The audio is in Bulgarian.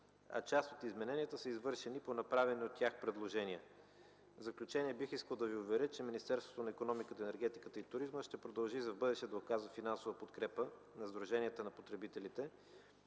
а част от измененията са извършени по направени от тях предложения. В заключение бих искал да Ви уверя, че Министерството на икономиката, енергетиката и туризма ще продължи за в бъдеще да оказва финансова подкрепа на Сдружението на потребителите,